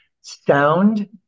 Sound